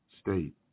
state